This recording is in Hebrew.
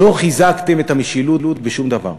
לא חיזקתם את המשילות בשום דבר,